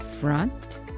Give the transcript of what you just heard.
front